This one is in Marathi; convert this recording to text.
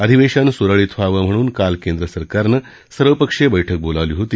अधिवेशन सुरळीत व्हावं म्हणून काल केंद्र सरकारनं सर्वपक्षीय बैठक बोलावली होती